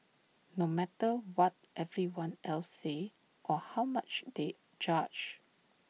no matter what everyone else says or how much they judge